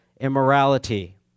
immorality